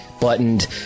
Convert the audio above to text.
buttoned